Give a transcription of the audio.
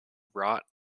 wrought